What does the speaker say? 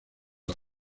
las